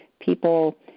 people